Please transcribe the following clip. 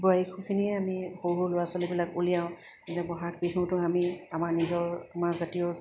বোৱাৰীখিনিয়ে আমি সৰু সৰু ল'ৰা ছোৱালীবিলাক উলিয়াওঁ যে বহাগ বিহুটো আমি আমাৰ নিজৰ আমাৰ জাতীয়